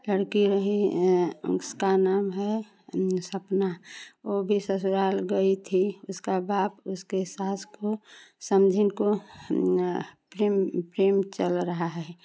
लड़की उसका नाम है सपना वह भी ससुराल गई थी उसका बाप उसके सास को समधन को प्रेम प्रेम चल रहा है